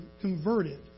converted